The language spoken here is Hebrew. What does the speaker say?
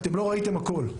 לא ראיתם הכול,